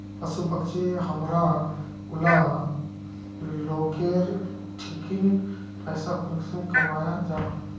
पशु पक्षी हमरा ऊला लोकेर ठिकिन पैसा कुंसम कमाया जा?